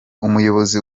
umuyobozi